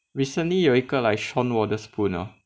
recently 有一个 like Sean Wotherspoon ah